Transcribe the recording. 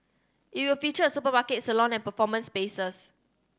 it will feature a supermarket salon and performance spaces